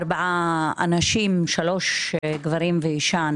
ארבעה אנשים; שלושה גברים ואישה,